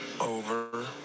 Over